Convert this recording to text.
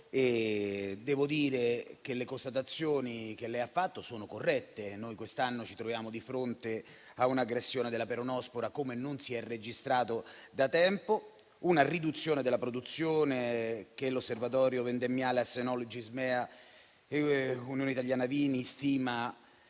Devo dire che le constatazioni che lei ha fatto sono corrette: quest'anno ci troviamo di fronte ad un'aggressione della peronospora come non si registrava da tempo e a una riduzione della produzione che l'osservatorio vendemmiale Assoenologi, Ismea e Unione italiana vini stima